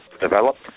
developed